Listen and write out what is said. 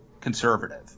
conservative